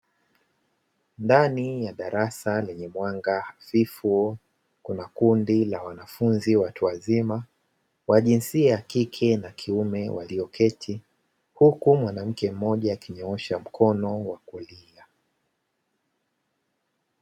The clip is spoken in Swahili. Ndani ya darasa lenye mwanga hafifu, kuna kundi la wanafunzi watu wazima wa jinsia ya kike na kiume walioketi, huku mwanamke mmoja akinyoosha mkono wa kulia.